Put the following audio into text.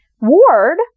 Ward